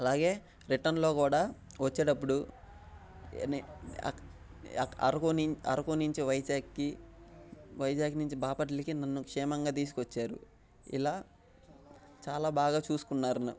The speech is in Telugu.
అలాగే రిటర్న్లో కూడా వచ్చేటప్పుడు అరకు నుంచి వైజాగ్కి వైజాగ్ నుంచి బాపట్లకి నన్ను క్షేమంగా తీసుకువచ్చారు ఇలా చాలా బాగా చూసుకున్నారు న